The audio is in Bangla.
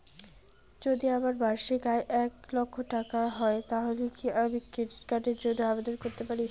যদি আমার বার্ষিক আয় এক লক্ষ টাকা হয় তাহলে কি আমি ক্রেডিট কার্ডের জন্য আবেদন করতে পারি?